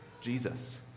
Jesus